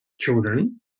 children